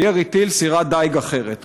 בירי טיל, סירת דיג אחרת.